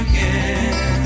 Again